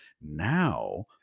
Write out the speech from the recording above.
Now